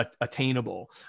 attainable